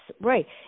right